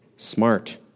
Smart